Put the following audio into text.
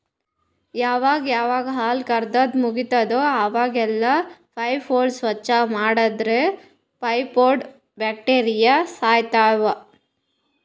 ಯಾವಾಗ್ ಯಾವಾಗ್ ಹಾಲ್ ಕರ್ಯಾದ್ ಮುಗಿತದ್ ಅವಾಗೆಲ್ಲಾ ಪೈಪ್ಗೋಳ್ ಸ್ವಚ್ಚ್ ಮಾಡದ್ರ್ ಪೈಪ್ನಂದ್ ಬ್ಯಾಕ್ಟೀರಿಯಾ ಸಾಯ್ತವ್